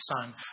son